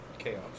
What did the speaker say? chaos